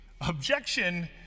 objection